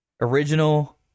original